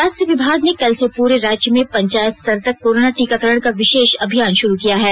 स्वास्थ्य विभाग ने कल से पूरे राज्य में पंचायत स्तर तक कोरोना टीकाकरण का विशेष अभियान शुरू किया है